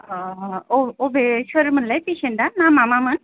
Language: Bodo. अ अबे सोरमोनलाय पेसेन्टा नामा मामोन